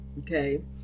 Okay